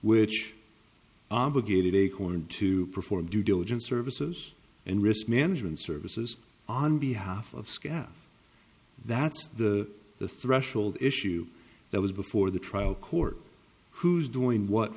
which obligated acorn to perform due diligence services and risk management services on behalf of scout that's the the threshold issue that was before the trial court who's doing what